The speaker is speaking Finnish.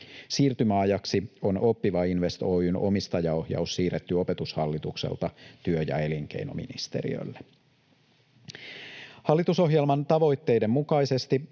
Siirtymäajaksi on Oppiva Invest Oy:n omistajaohjaus siirretty opetushallitukselta työ- ja elinkeinoministeriölle. Hallitusohjelman tavoitteiden mukaisesti